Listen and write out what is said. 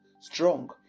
Strong